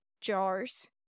jars